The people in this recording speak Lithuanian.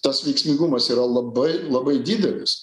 tas veiksmingumas yra labai labai didelis